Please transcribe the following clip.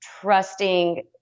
trusting